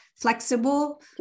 flexible